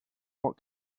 what